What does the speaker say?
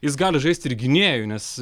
jis gali žaisti ir gynėju nes